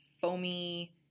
foamy